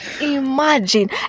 Imagine